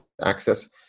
access